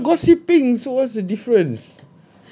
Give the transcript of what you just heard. we are gossiping so what's the difference